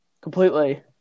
completely